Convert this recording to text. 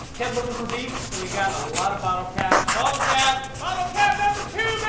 kept looking for beeps, and we got a lot of bottle caps. bottle cap. bottle cap number